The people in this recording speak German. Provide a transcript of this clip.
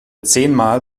zehnmal